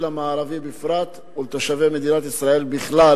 המערבי בפרט ולתושבי מדינת ישראל בכלל,